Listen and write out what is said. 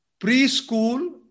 Preschool